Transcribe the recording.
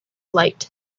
light